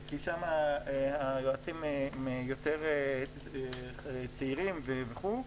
כי שם היועצים יותר צעירים וכו'.